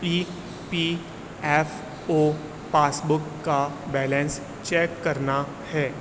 ای P F O passbook کا balance check کرنا ہے